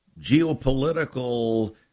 geopolitical